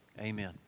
amen